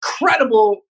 incredible